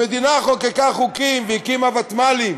המדינה חוקקה חוקים והקימה ותמ"לים,